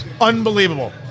Unbelievable